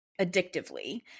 addictively